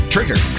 Trigger